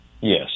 Yes